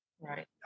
Right